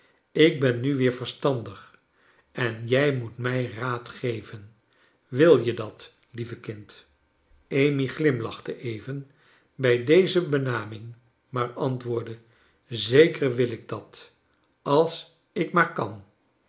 ik ben nu weer verstandig en jij moet mij raad geven wil je da t lieve kind amy glimlachte even bij deze benaming maar antwoordde zeker wil ik dat als ik maar kan